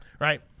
Right